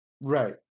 Right